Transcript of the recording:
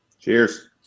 Cheers